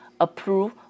approve